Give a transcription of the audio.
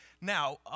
Now